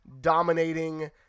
dominating